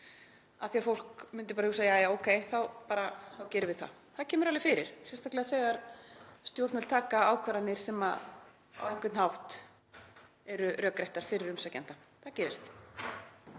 af því að fólk myndi bara hugsa: Jæja, ókei, þá bara gerum við það. Það kemur alveg fyrir, sérstaklega þegar stjórnvöld taka ákvarðanir sem á einhvern hátt eru rökréttar fyrir umsækjanda, það gerist.